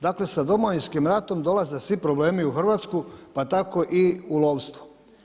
Dakle sa Domovinskim ratom dolaze svi problemi u Hrvatsku pa tako i u lovstvu.